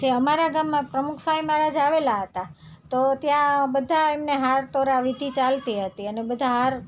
જે અમારા ગામમાં પ્રમુખ સ્વામી મહારાજ આવેલા હતા તો ત્યાં બધા એમને હાર તોરા વિધિ ચાલતી હતી અને બધા હાર